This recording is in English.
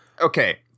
okay